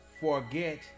forget